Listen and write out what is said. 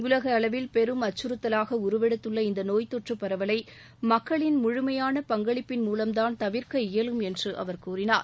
உலக அளவில் பெரும் அச்கறுத்தலாக உருவெடுத்துள்ள இந்த நோய் தொற்றுப் பரவலை மக்களின் முழுமையான பங்களிப்பினை மூலம்தான் தவிர்க்க இயலும் என்று அவர் கூறினார்